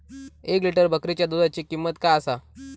एक लिटर बकरीच्या दुधाची किंमत काय आसा?